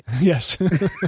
Yes